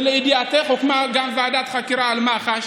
ולידיעתך הוקמה גם ועדת חקירה על מח"ש,